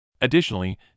Additionally